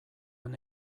han